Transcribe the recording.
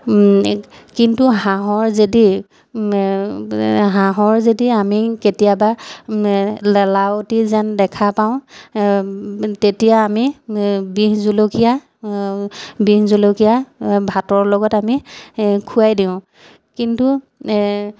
কিন্তু হাঁহৰ যদি হাঁহৰ যদি আমি কেতিয়াবা লেলাউতি যেন দেখা পাওঁ তেতিয়া আমি বিহ জলকীয়া বিহ জলকীয়া ভাতৰ লগত আমি খুৱাই দিওঁ কিন্তু